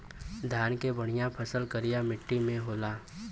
धान के बढ़िया फसल करिया मट्टी में होला